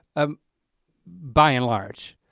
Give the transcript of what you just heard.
ah by and large,